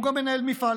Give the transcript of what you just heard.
הוא גם מנהל מפעל